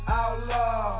outlaw